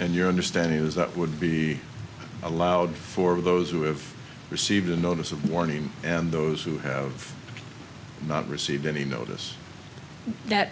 and your understanding is that would be allowed for those who have received the notice of warning and those who have not received any notice that